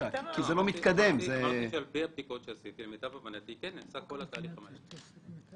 נעשה כל התהליך המלא.